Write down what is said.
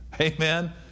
Amen